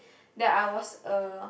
that I was a